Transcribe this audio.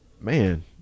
Man